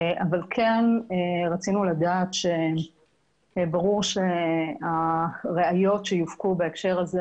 אבל כן רצינו לדעת שברור שהראיות שיופקו בהקשר הזה